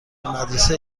مدرسه